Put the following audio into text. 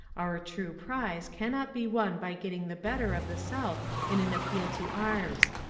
our true prize cannot be won by getting the better of the south in an appeal to arms.